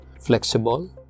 flexible